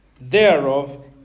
thereof